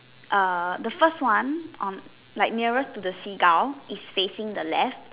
err the first one on like nearest to the seagull is facing the left